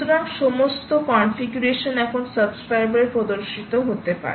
সুতরাং সমস্ত কনফিগারেশন এখন সাবস্ক্রাইবার এ প্রদর্শিত হতে পারে